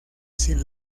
sin